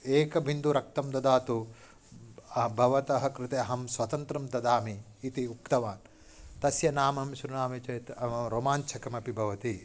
एकबिन्दुरक्तं ददातु भवतः कृते अहं स्वातन्त्र्यं ददामि इति उक्तवान् तस्य नामं शृणोमि चेत् रोमाञ्चकमपि भवति